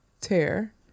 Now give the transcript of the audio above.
tear